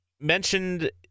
mentioned